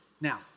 Now